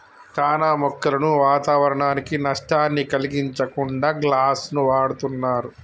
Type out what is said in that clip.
చానా మొక్కలను వాతావరనానికి నష్టాన్ని కలిగించకుండా గ్లాస్ను వాడుతున్నరు